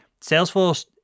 Salesforce